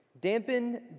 dampen